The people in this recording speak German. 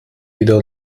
wieder